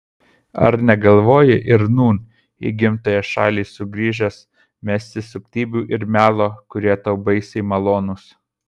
ar negalvoji ir nūn į gimtąją šalį sugrįžęs mesti suktybių ir melo kurie tau baisiai malonūs